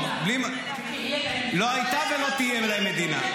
--- גם לפלסטינים יש מדינה ותהיה להם מדינה.